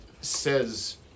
says